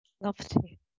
lovely